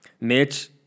Mitch